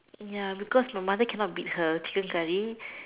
ya because my mother cannot beat her chicken curry